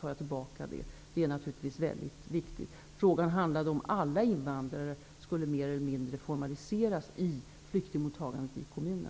tar jag tillbaka det. Detta är naturligtvis väldigt viktigt. Frågan handlade om huruvida alla invandrare mer eller mindre skulle formaliseras i flyktingmottagandet i kommunerna.